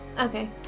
okay